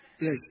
Yes